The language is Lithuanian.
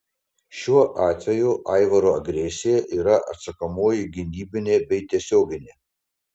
šiuo atveju aivaro agresija yra atsakomoji gynybinė bei tiesioginė